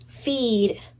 feed